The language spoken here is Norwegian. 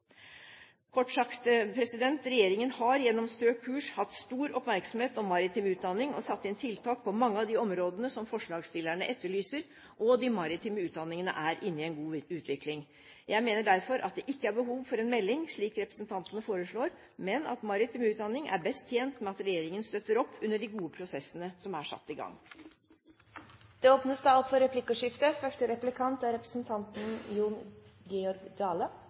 Kort sagt: Regjeringen har gjennom Stø kurs hatt stor oppmerksomhet om maritim utdanning og satt inn tiltak på mange av de områdene som forslagsstillerne etterlyser, og de maritime utdanningene er inne i en god utvikling. Jeg mener derfor at det ikke er behov for en melding, slik representantene foreslår, men at maritim utdanning er best tjent med at regjeringen støtter opp under de gode prosessene som er satt i gang. Det åpnes for replikkordskifte.